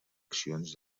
accions